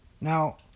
Now